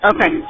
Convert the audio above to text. Okay